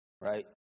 right